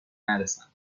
نرسم